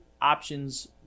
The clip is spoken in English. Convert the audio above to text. options